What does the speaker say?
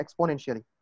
exponentially